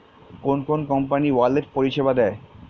কোন কোন company wallet পরিষেবা দেয়?